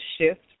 shift